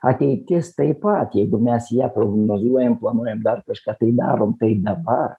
ateitis taip pat jeigu mes ją prognozuojam planuojam dar kažką tai darom tai dabar